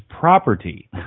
property